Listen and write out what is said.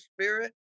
Spirit